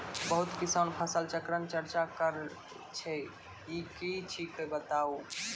बहुत किसान फसल चक्रक चर्चा करै छै ई की छियै बताऊ?